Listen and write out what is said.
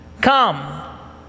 Come